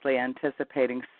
anticipating